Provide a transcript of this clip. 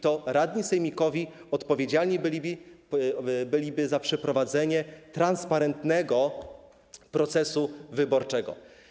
To radni sejmikowi odpowiedzialni byliby za przeprowadzenie transparentnego procesu wyborczego.